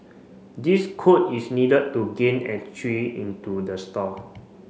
this code is needed to gain entry into the store